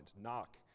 knock